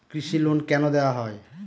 কৃষি লোন কেন দেওয়া হয়?